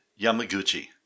Yamaguchi